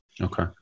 Okay